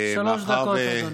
שלוש דקות, אדוני.